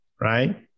Right